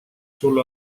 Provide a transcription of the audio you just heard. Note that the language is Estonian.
sul